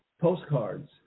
postcards